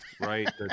right